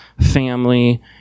family